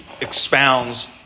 expounds